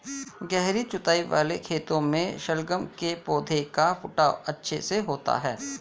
गहरी जुताई वाले खेतों में शलगम के पौधे का फुटाव अच्छे से होता है